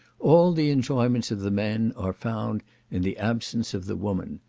all the enjoyments of the men are found in the absence of the women.